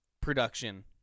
production